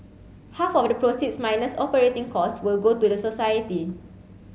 half of the proceeds minus operating costs will go to the society